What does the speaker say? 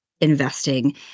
investing